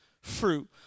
fruit